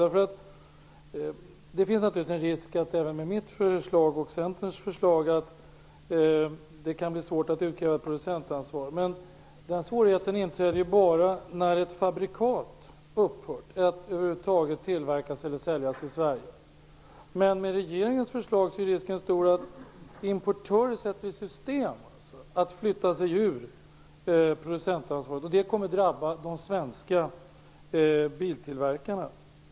Även med mitt och Centerns förslag finns det naturligtvis en risk för att det kan bli svårt att utkräva producentansvar. Men den svårigheten uppträder ju bara när ett fabrikat har upphört att över huvud taget tillverkas eller säljas i Sverige. Med regeringens förslag finns det i stället en stor risk för att importörer sätter i system att dra sig ur producentansvaret. Det kommer att drabba de svenska biltillverkarna.